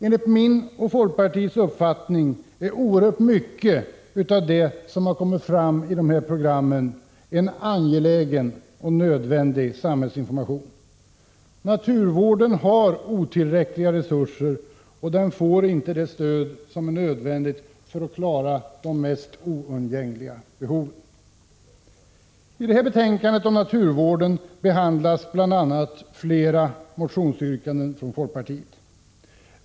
Enligt min och folkpartiets uppfattning är oerhört mycket av det som kommit fram i de här programmen en angelägen och nödvändig samhällsinformation. Naturvården har otillräckliga resurser, och den får inte det stöd som är nödvändigt för att klara de mest oundgängliga behoven. I detta betänkande om naturvården behandlas bl.a. flera motionsyrkanden från folkpartiet.